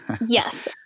Yes